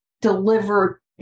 deliver